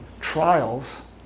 trials